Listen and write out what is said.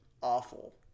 awful